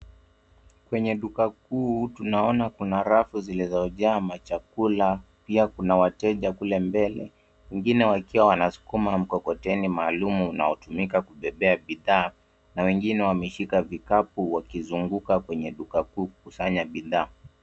Kwenye duka kuu tunaona kuna rafu zilizojaa machakula pia kuna wateja kule mbele wengine wakiwa wana dukuma mkokoteni maalum unao tumika kubebea bidhaa na wengine wameshika vikapu na kuzunguka kwenye duka kuu kukusanya bidhaa.